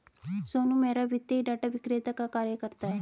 सोनू मेहरा वित्तीय डाटा विक्रेता का कार्य करता है